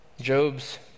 Job's